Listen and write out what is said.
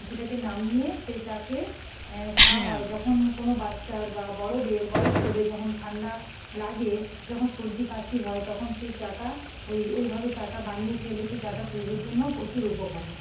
সেটাকে নামিয়ে সেই চাকে খাওয়া হয় যখন কোনো বাচ্চার বা বড়দের বয়স্কদের যখন ঠান্ডা লাগে যখন সর্দি কাশি হয় তখন সেই চাটা ওই ওইভাবে চাটা বানিয়ে খেলে সে চাটা শরীরের জন্যও প্রচুর উপকারী